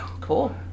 Cool